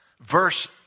verse